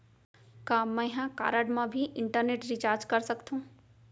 का मैं ह कारड मा भी इंटरनेट रिचार्ज कर सकथो